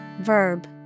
verb